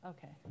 Okay